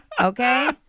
okay